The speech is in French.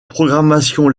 programmation